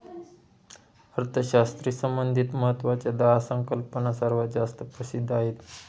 अर्थशास्त्राशी संबंधित महत्वाच्या दहा संकल्पना सर्वात जास्त प्रसिद्ध आहेत